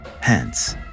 hence